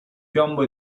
piombo